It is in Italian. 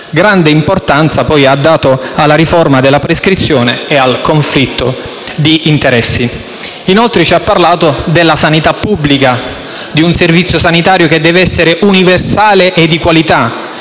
Grande importanza, poi, ha dato alla riforma della prescrizione e al conflitto di interessi. Ci ha poi parlato della sanità pubblica, di un servizio sanitario che deve essere universale e di qualità;